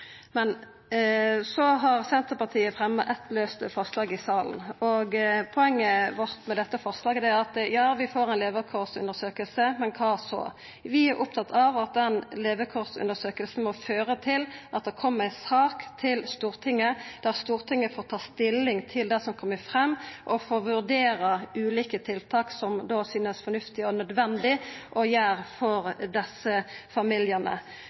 har fremja eitt laust forslag i saka. Poenget vårt med dette forslaget er: Ja, vi får ei levekårsundersøking, men kva så? Vi er opptatt av at den levekårsundersøkinga må føra til at det kjem ei sak til Stortinget der Stortinget får ta stilling til det som kjem fram, og får vurdera ulike tiltak som da synest fornuftige og nødvendige å gjera for desse familiane.